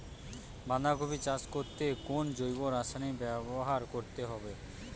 বাঁধাকপি চাষ করতে কোন জৈব রাসায়নিক ব্যবহার করতে হবে?